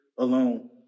alone